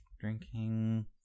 Drinking